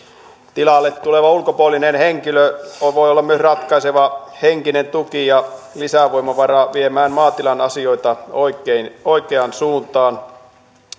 tilalle tuleva ulkopuolinen henkilö voi olla myös ratkaiseva henkinen tuki ja lisävoimavara viemään maatilan asioita oikeaan suuntaan